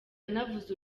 yanavuze